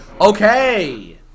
okay